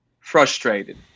frustrated